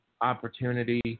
opportunity